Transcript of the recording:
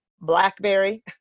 Blackberry